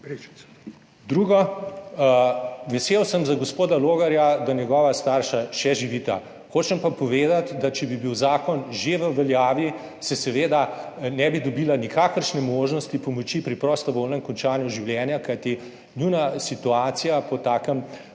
Drugo. Vesel sem za gospoda Logarja, da njegova starša še živita. Hočem pa povedati, da če bi bil zakon že v veljavi, seveda ne bi dobila nikakršne možnosti pomoči pri prostovoljnem končanju življenja, kajti njuna situacija po takem